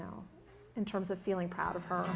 know in terms of feeling proud of her